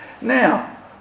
Now